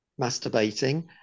masturbating